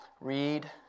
read